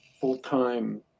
full-time